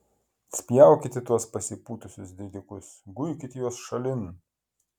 spjaukit į tuos pasipūtusius didikus guikit juos šalin